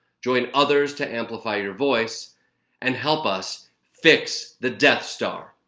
join others to amplify your voice and help us fix the death star.